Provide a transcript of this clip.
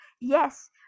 Yes